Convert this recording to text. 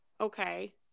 okay